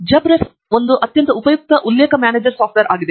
JabRef ಒಂದು ಅತ್ಯಂತ ಉಪಯುಕ್ತ ಉಲ್ಲೇಖ ಮ್ಯಾನೇಜರ್ ಸಾಫ್ಟ್ವೇರ್ ಆಗಿದೆ